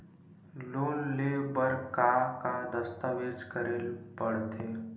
Loan ले बर का का दस्तावेज करेला पड़थे?